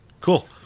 Cool